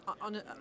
on